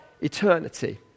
eternity